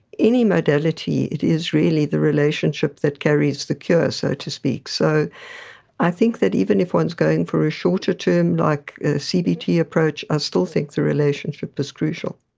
any modality it is really the relationship that carries the cure, so to speak. so i think that even if one is going for a shorter term like the cbt approach, i still think the relationship is crucial.